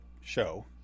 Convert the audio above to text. show